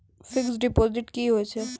Fixed deposit की होय छै?